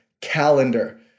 calendar